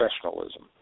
professionalism